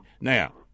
Now